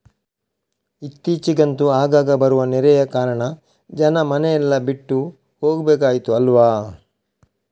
ಇತ್ತೀಚಿಗಂತೂ ಆಗಾಗ ಬರುವ ನೆರೆಯ ಕಾರಣ ಜನ ಮನೆ ಎಲ್ಲ ಬಿಟ್ಟು ಹೋಗ್ಬೇಕಾಯ್ತು ಅಲ್ವಾ